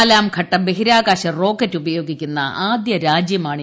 നാലാംഘട്ട ബഹിരാകാശ റോക്കറ്റ് ഉപയോഗിക്കുന്ന ആദ്യരാജ്യമാണ് ഇന്തൃ